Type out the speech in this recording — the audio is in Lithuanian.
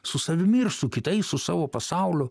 su savimi ir su kitais su savo pasauliu